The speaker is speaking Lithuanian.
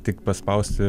tik paspausti